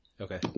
Okay